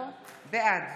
בעד